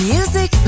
Music